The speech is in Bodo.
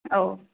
औ